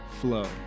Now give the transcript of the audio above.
flow